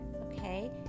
Okay